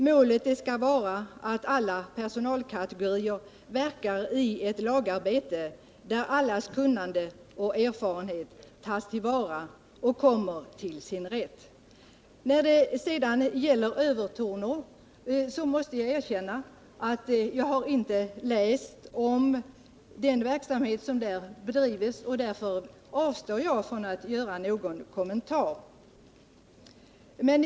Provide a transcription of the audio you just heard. Målet skall vara att alla personalkategorier verkar i ett lagarbete, där allas kunnande och erfarenhet tas till vara och kommer till sin rätt. När det gäller den verksamhet som bedrivs i Övertorneå, måste jag erkänna att jag inte har läst om den. Därför avstår jag från att göra någon kommentar.